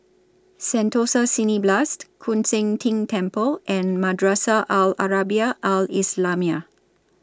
Sentosa Cineblast Koon Seng Ting Temple and Madrasah Al Arabiah Al Islamiah